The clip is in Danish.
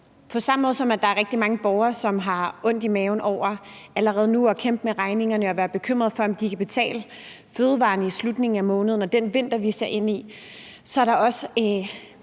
På samme måde, som der er rigtig mange borgere, som har ondt i maven over allerede nu at kæmpe med regningerne, og som er bekymrede for, om de kan betale deres fødevarer i slutningen af måneden og den vinter, vi ser ind i, så er der også